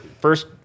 first